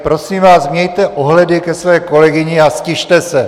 Prosím vás, mějte ohledy ke své kolegyni a ztište se!